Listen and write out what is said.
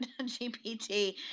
gpt